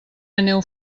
aneu